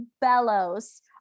bellows